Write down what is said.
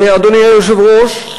אדוני היושב-ראש,